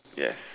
yes